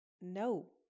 no